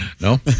No